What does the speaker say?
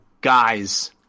guys